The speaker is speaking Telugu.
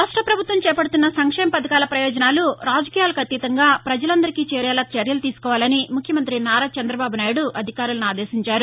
రాష్టపభుత్వం చేపడుతున్న సంక్షేమపథకాల పయోజనాలు రాజకీయాలకు అతీతంగా ప్రజలందరికీ చేరేలా చర్యలు తీసుకోవాలని ముఖ్యమంతి నారా చంద్రబాబు నాయుడు అధికారులను ఆదేశించారు